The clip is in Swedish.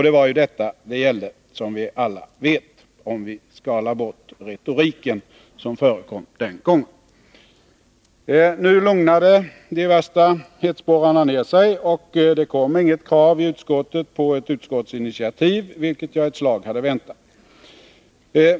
Det var ju detta det gällde, som vi alla vet, om vi skalar bort retoriken som förekom den gången. Nu lugnade de värsta hetsporrarna ner sig, och det kom inget krav i utskottet på ett utskottsinitiativ, vilket jag ett slag hade väntat.